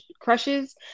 crushes